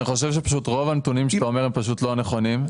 אני חושב שפשוט רוב הנתונים שאתה אומר הם פשוט לא נכונים.